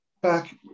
back